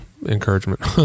Encouragement